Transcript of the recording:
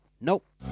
Nope